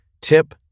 tip